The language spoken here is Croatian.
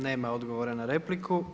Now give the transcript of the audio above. Nema odgovora na repliku.